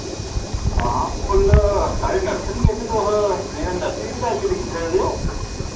हां फुल्ल साढ़ी नर्सरी ऐ इत्थे तुस नेईं तां नर्सरी च गै आइयै दिक्खी सकदे ओ